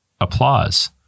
applause